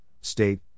state